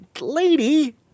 lady